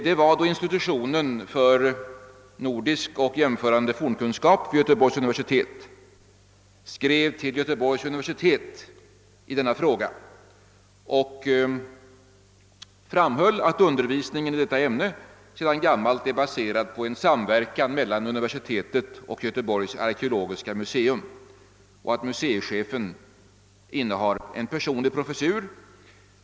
Det var då institutionen för nordisk och jämförande fornkunskap vid Göteborgs universitet skrev till universitetet i frågan och framhöll att undervisningen i detta ämne sedan gammalt är baserad på en samverkan mellan universitetet och Göteborgs arkeologiska museum och att museichefen innehar en personlig professur.